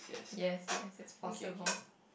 yes yes it's possible